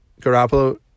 Garoppolo